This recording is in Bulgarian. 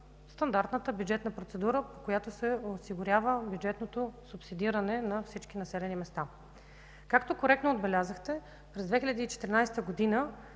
стандартната бюджетна процедура, с която се одобрява бюджетното субсидиране на всички населени места. Както коректно отбелязахте, за 2014 г.